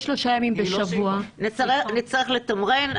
יש שלושה ימים בשבוע --- נצטרך לתמרן.